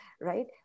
right